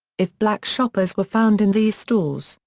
if black shoppers were found in these stores,